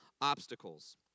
obstacles